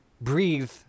breathe